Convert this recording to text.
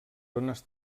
zones